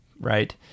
Right